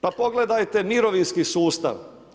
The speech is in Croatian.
Pa pogledajte mirovinski sustav.